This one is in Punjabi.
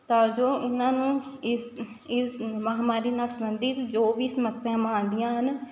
ਤਾਂ ਜੋ ਇਹਨਾਂ ਨੂੰ ਇਸ ਇਸ ਮਹਾਂਮਾਰੀ ਨਾਲ਼ ਸੰਬੰਧਿਤ ਜੋ ਵੀ ਸਮੱਸਿਆਵਾਂ ਆਉਂਦੀਆਂ ਹਨ